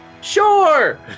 Sure